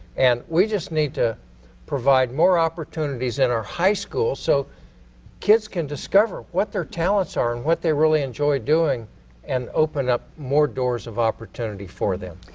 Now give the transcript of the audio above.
and we just need to provide more opportunities in our high school so kids can discover what their talents are and what they really enjoy doing and open up more doors of opportunity for them.